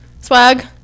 Swag